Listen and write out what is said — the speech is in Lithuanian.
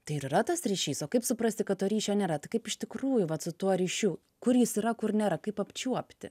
tai ir yra tas ryšys o kaip suprasti kad to ryšio nėra tai kaip iš tikrųjų vat su tuo ryšiu kur jis yra kur nėra kaip apčiuopti